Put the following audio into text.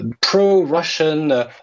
pro-Russian